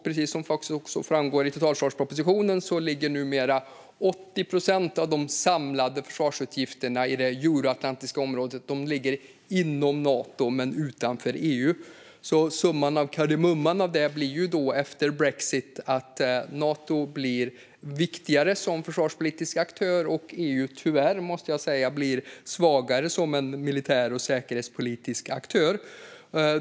Precis som också framgår i totalförsvarspropositionen ligger numera 80 procent av de samlade försvarsutgifterna i det euroatlantiska området inom Nato men utanför EU. Summan av kardemumman av detta efter brexit blir att Nato blir viktigare som försvarspolitisk aktör och att EU, tyvärr måste jag säga, blir svagare som en militär och säkerhetspolitisk aktör.